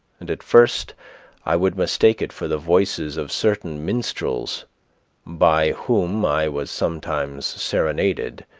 and at first i would mistake it for the voices of certain minstrels by whom i was sometimes serenaded,